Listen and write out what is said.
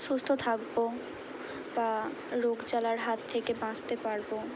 সুস্থ থাকবো বা রোগ জ্বালার হাত থেকে বাঁসতে পারবো